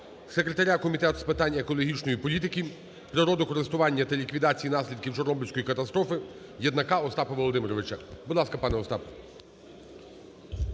секретаря Комітету з питань екологічної політики, природокористування та ліквідації наслідків Чорнобильської катастрофи Єднака Остапа Володимировича. Будь ласка, пане Остап.